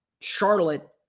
Charlotte